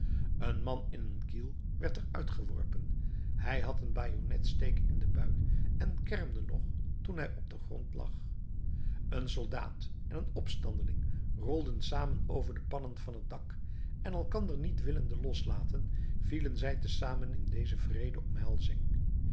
een man in een kiel werd er uitgeworpen hij had een bajonnetsteek in den buik en kermde nog toen hij op den grond lag een soldaat en een opstandeling rolden samen over de pannen van het dak en elkander niet willende loslaten vielen zij te zamen in deze wreede omhelzing